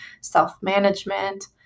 self-management